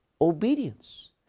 obedience